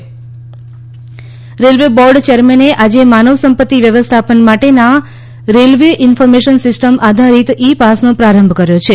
railway e pass railway board ચેરમેને આજે માનવ સંપત્તિ વ્યવસ્થાપન માટેના રેલ્વે ઇન્ફર્મેશન સિસ્ટમ્સ આધારિત ઇ પાસનો પ્રારંભ કર્યો છે